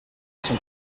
son